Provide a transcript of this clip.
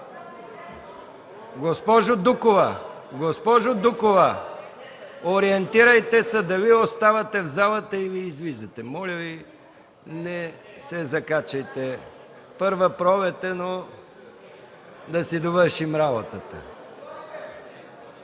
от ДПС.) Госпожо Дукова, ориентирайте се дали оставате в залата, или излизате. Моля Ви не се закачайте – Първа пролет е, но да си довършим работата.